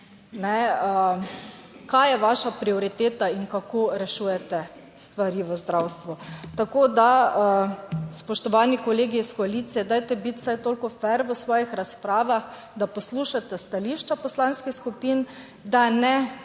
kaj je vaša prioriteta in kako rešujete stvari v zdravstvu. Tako, da spoštovani kolegi iz koalicije, dajte biti vsaj toliko fer v svojih razpravah, da poslušate stališča poslanskih skupin, da ne zavajate